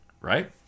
right